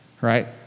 right